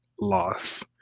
loss